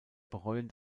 bereuen